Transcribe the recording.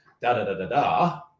da-da-da-da-da